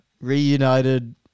Reunited